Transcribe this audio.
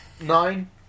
nine